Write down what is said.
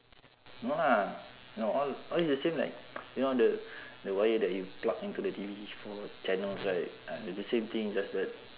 no lah no all all is the same like you know the the wire that you plug into the T_V for channels right ah it's the same thing just that